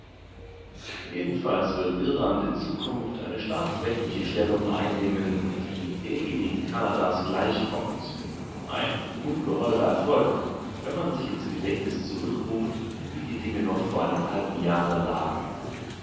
jedenfalls wird irland in zukunft eine staatsrechtliche stellung einnehmen die derjenigen kanadas gleichkommt ein ungeheuerer erfolg wenn man sich ins gedächtnis zurückruft wie die dinge noch vor einem halben jahre lagen